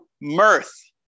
mirth